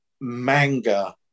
manga